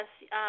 Yes